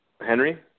Henry